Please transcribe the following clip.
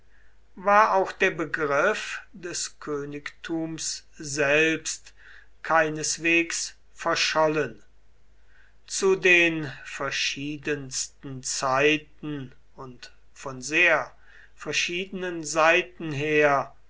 war auch der begriff des königtums selbst keineswegs verschollen zu den verschiedensten zeiten und von sehr verschiedenen seiten her